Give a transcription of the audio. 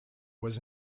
was